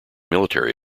military